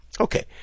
Okay